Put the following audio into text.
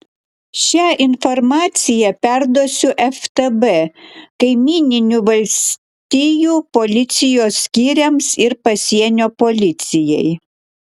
šią informaciją perduosiu ftb kaimyninių valstijų policijos skyriams ir pasienio policijai